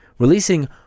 Releasing